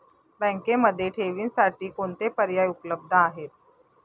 बँकेमध्ये ठेवींसाठी कोणते पर्याय उपलब्ध आहेत?